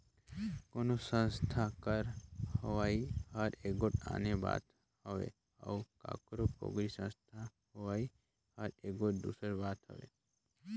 कोनो संस्था कर होवई हर एगोट आने बात हवे अउ काकरो पोगरी संस्था होवई हर एगोट दूसर बात हवे